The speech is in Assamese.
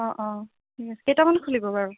অ' অ' ঠিক আছে কেইটামানত খুলিব বাৰু